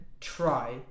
try